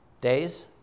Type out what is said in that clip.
Days